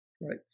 Right